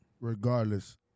regardless